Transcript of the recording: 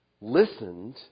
listened